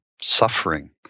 suffering